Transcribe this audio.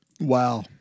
Wow